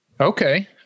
Okay